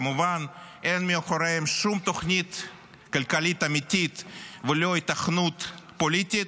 כמובן שאין מאחוריהם שום תוכנית כלכלית אמיתית ולא היתכנות פוליטית,